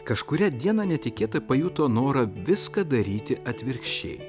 kažkurią dieną netikėtai pajuto norą viską daryti atvirkščiai